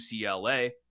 UCLA